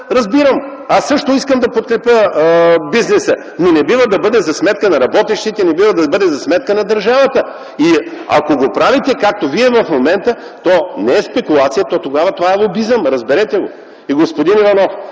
Разбирам, аз също искам да подкрепя бизнеса, но не бива да бъде за сметка на работещите, не бива да бъде за сметка на държавата. Ако го правите, както вие в момента, то не е спекулация. Тогава това е лобизъм – разберете го. Господин Иванов,